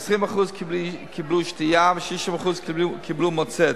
20% קיבלו שתייה ו-60% קיבלו מוצץ.